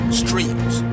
streams